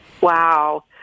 Wow